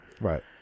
Right